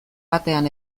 batean